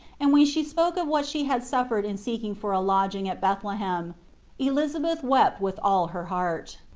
and when she spoke of what she had suffered in seeking for a lodging at bethlehem elizabeth wept with all her heart.